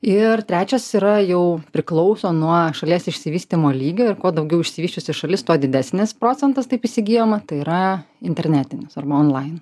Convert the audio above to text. ir trečias yra jau priklauso nuo šalies išsivystymo lygio ir kuo daugiau išsivysčiusi šalis tuo didesnis procentas taip įsigyjama tai yra internetinis arba online